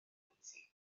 bwyty